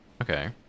Okay